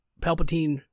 Palpatine